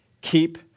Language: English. keep